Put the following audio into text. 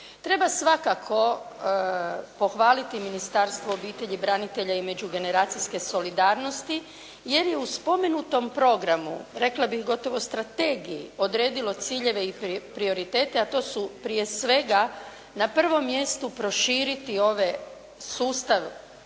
Treba svakako pohvaliti Ministarstvo obitelji, branitelja i međugeneracijske solidarnosti jer je u spomenutom programu, rekla bih gotovo strategiji odredilo ciljeve i prioritete, a to su prije svega na prvom mjestu proširiti sustav